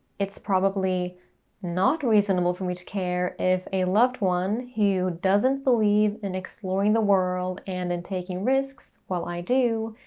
it's probably not reasonable for me to care if a loved one, who doesn't believe in exploring the world and and taking risks while i do,